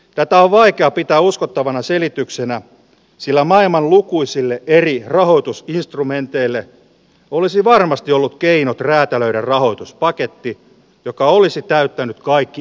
tätä on vaikea pitää uskottavana selityksenä sillä maailman lukuisille eri rahoitus ja instrumenteille olisi varmasti ollut keinot räätälöidä rahoituspaketti joka olisi täyttänyt kaikki